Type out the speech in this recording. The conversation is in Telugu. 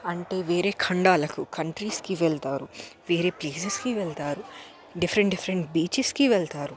అంటే వేరే ఖండాలకు కంట్రీస్కి వెళతారు వేరే ప్లేసెస్కి వెళతారు డిఫరెంట్ డిఫరెంట్ బీచెస్కి వెళతారు